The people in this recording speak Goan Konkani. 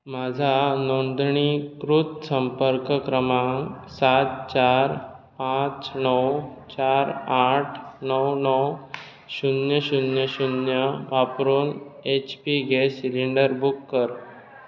म्हाझा नोंदणीकृत संपर्क क्रमांक सात चार पांच णव चार आठ णव णव शुन्य शुन्य शुन्य वापरून एचपी गॅस सिलिंडर बूक कर